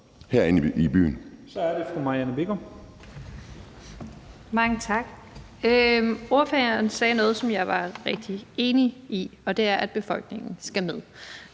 Marianne Bigum. Kl. 15:08 Marianne Bigum (SF): Mange tak. Ordføreren sagde noget, som jeg var rigtig enig i, og det er, at befolkningen skal med.